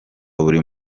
buri